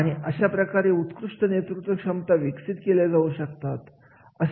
आणि अशा प्रकारे उत्कृष्ट नेतृत्व क्षमता विकसित केल्या जाऊ शकतात